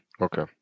Okay